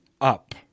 up